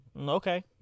okay